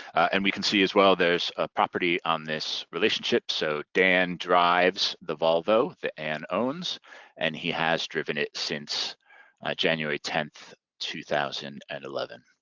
and we can see as well there's a property on this relationship, so dan drives the volvo that ann owns and he has driven it since january tenth, two thousand and eleven.